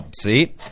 See